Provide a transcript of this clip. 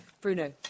bruno